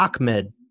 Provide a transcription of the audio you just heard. Ahmed